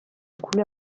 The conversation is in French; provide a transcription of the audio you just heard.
couleur